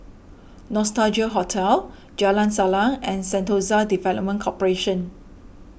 Nostalgia Hotel Jalan Salang and Sentosa Development Corporation